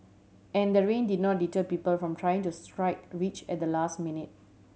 and the rain did not deter people from trying to strike rich at the last minute